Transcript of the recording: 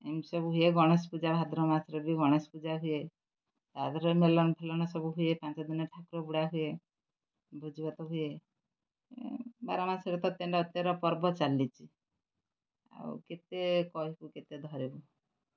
ଏମିତି ସବୁ ହୁଏ ଗଣେଶ ପୂଜା ଭାଦ୍ରବ ମାସରେ ବି ଗଣେଶ ପୂଜା ହୁଏ ତା' ଦେହରେ ମେଳଣ ଫୁଲ ସବୁ ହୁଏ ପାଞ୍ଚ ଦିନ ଠାକୁର ବୁଡ଼ା ହୁଏ ଭୋଜିଭାତ ହୁଏ ବାର ମାସରେ ତ ତେର ପର୍ବ ଚାଲିଛି ଆଉ କେତେ କହିବୁ କେତେ ଧରିବୁ